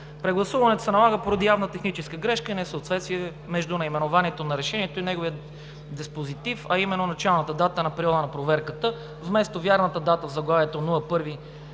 Прегласуването се налага поради явна техническа грешка – несъответствие между наименованието на решението и неговия диспозитив, а именно началната дата на периода на проверката. Вместо вярната дата в заглавието „1